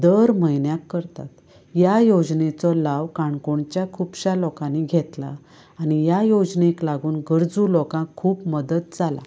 दर म्हयन्याक करता ह्या योजनेचो लाव काणकोणच्या खुबश्या लोकांनी घेतला आनी ह्या योजनेक लागून गरजू लोकांक खूब मदत जाला